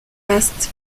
masked